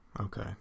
Okay